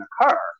occur